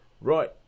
Right